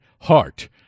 heart